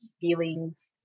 feelings